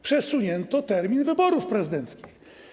Przesunięto termin wyborów prezydenckich.